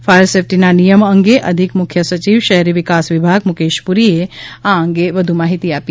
fire સેફ્ટીના નિયમ અંગે અધિક મુખ્ય સચિવ શહેરી વિકાસ વિભાગ મુકેશ પુરીએ આ અંગે વધુ માહિતી આપી